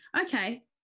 Okay